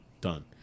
done